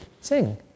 sing